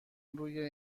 روی